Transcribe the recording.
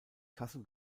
kassel